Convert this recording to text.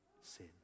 sin